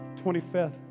25th